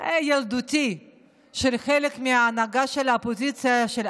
ילדותי של חלק מההנהגה של האופוזיציה אז